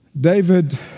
David